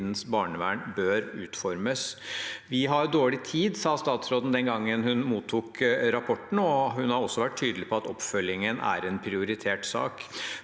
barnevern bør utformes. Vi har dårlig tid, sa statsråden den gangen hun mottok rapporten, og hun har også vært tydelig på at oppfølgingen er en prioritert sak.